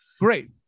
Great